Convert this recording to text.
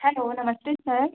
hello नमस्ते sir